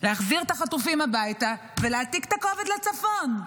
להחזיר את החטופים הביתה ולהעתיק את הכובד לצפון.